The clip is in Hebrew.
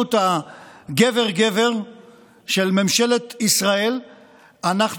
מדיניות הגבר-גבר של ממשלת ישראל אנחנו